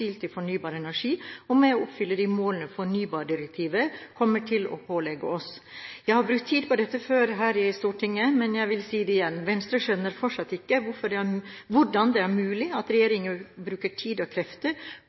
fossil til fornybar energi, og med å oppfylle de målene fornybardirektivet kommer til å pålegge oss. Jeg har brukt tid på dette før her i Stortinget, men jeg vil si det igjen: Venstre skjønner fortsatt ikke hvordan det er mulig at regjeringen bruker tid og krefter